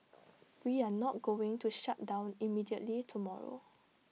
we are not going to shut down immediately tomorrow